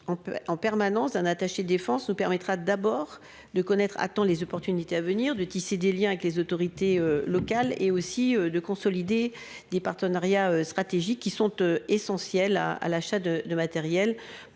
en permanence d'un attaché défense nous permettra d'abord de connaître attends les opportunités à venir de tisser des Liens avec les autorités locales et aussi de consolider des partenariats stratégiques qui sont essentiels à à l'achat de de matériel,